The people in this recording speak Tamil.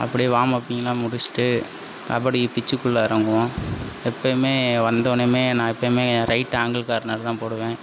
அப்படியே வார்ம்அப்பிங்லாம் முடிச்சுட்டு கபடி பிச்சுக்குள்ளே இறங்குவோம் எப்பயுமே வந்தோனமே நான் எப்பயுமே ரைட் ஆங்கிள் கார்னர் தான் போடுவேன்